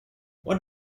what